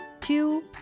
two